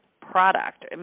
product